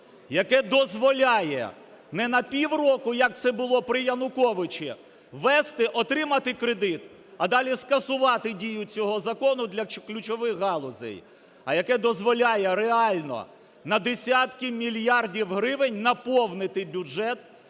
яке дозволяє не на півроку, як це було при Януковичі, ввести, отримати кредит, а далі скасувати дію цього закону для ключових галузей, а яке дозволяє реально на десятки мільярдів гривень наповнити бюджет